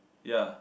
ya